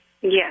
Yes